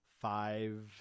five